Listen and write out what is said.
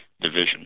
division